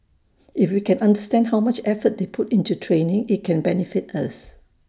if we can understand how much effort they put into training IT can benefit us